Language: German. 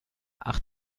ach